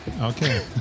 Okay